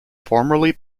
formerly